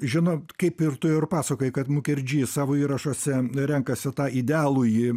žinot kaip ir tu ir pasakojai kad mukerdži savo įrašuose renkasi tą idealųjį